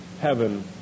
heaven